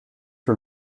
for